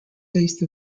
taste